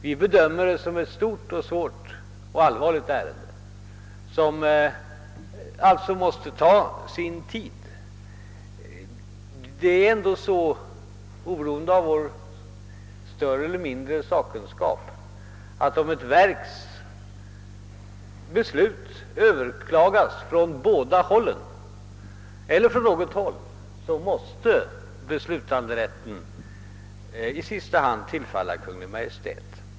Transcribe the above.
Vi bedömer detta som ett stort och allvarligt ärende som det måste ta sin tid att behandla. Det är ändå så — oberoende av vår större eller mindre sakkunskap — att om ett verks beslut överklagas av båda parter, eller av någon part, så måste beslutanderätten i sista hand tillkomma Kungl. Maj:t.